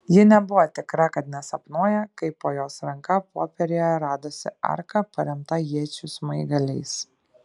ji nebuvo tikra kad nesapnuoja kai po jos ranka popieriuje radosi arka paremta iečių smaigaliais